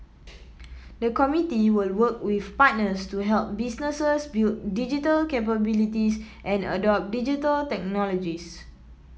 the committee will work with partners to help businesses build digital capabilities and adopt Digital Technologies